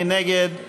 מי נגד?